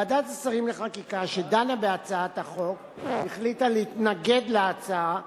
ועדת השרים לחקיקה שדנה בהצעת החוק החליטה להתנגד להצעה,